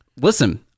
listen